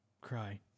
cry